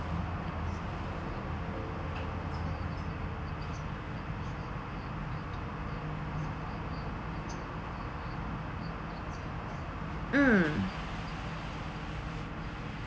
mm